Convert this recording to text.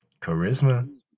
charisma